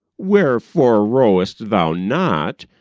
wherefore rowest thou not?